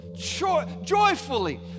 joyfully